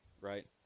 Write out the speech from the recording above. right